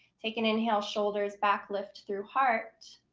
take an inhale. shoulders back, lift through heart.